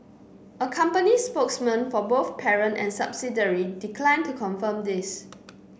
a company spokesman for both parent and subsidiary declined to confirm this